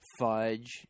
fudge